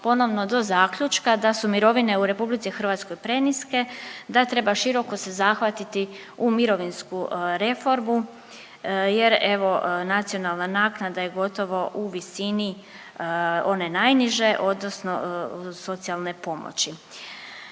ponovno do zaključka da su mirovine u RH preniske, da treba široko se zahvatiti u mirovinsku reformu jer, evo, nacionalna naknada je gotovo u visini one najniže, odnosno socijalne pomoći.